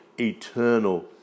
eternal